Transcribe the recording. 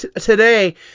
today